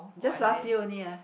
just last year only ah